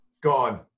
Gone